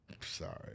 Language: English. Sorry